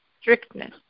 strictness